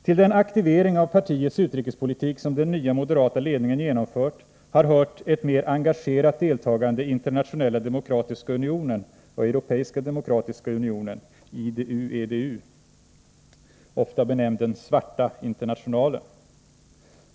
Till den aktivering av partiets utrikespolitik som den nya moderata ledningen genomfört har hört ett mer engagerat deltagande i Internationella demokratiska unionen och Europeiska demokratiska unionen , ofta benämnd ”den Svarta internationalen”.